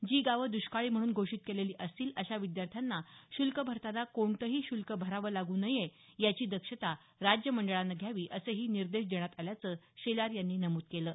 जी गावं द्रष्काळी म्हणून घोषित केलेली असतील अशा विद्यार्थ्यांना शुल्क भरताना कोणतंही शुल्क भरावं लागू नये याची दक्षता राज्य मंडळानं घ्यावी असेही निर्देश देण्यात आल्याचं शेलार यांनी नमुद केलं आहे